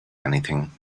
anything